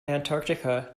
antarctica